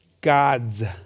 gods